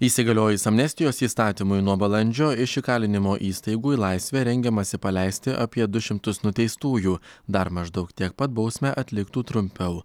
įsigaliojus amnestijos įstatymui nuo balandžio iš įkalinimo įstaigų į laisvę rengiamasi paleisti apie du šimtus nuteistųjų dar maždaug tiek pat bausmę atliktų trumpiau